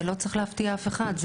זה לא צריך להפתיע אף אחד.